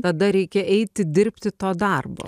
tada reikia eiti dirbti to darbo